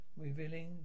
revealing